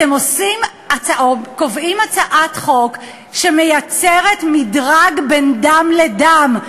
אתם קובעים הצעת חוק שמייצרת מדרג בין דם לדם.